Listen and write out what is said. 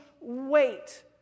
wait